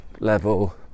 level